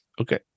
Okay